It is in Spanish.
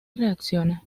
reacciona